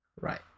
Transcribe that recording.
right